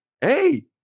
Hey